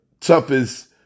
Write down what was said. toughest